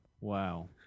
Wow